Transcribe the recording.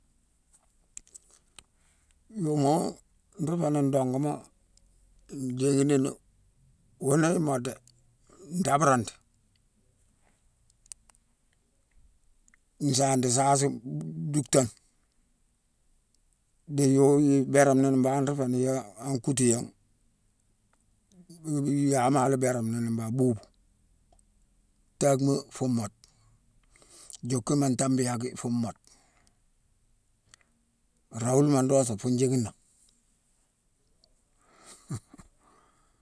Yoma, nruu fé ni ndonguma njéghini ni; wune i mode dé: nbabarandi, nsandi saasi- m- m- ducktane, di yowu i bérame ni mbangh nruu fé ni yan kutu yangh- u- u- u- yahama la bérame ni mbangh: boubou. Tackma fu mode; dioukin mantabi yack fune mod; raoule mandossa fune jééghine nangh.